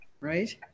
right